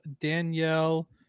danielle